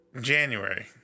January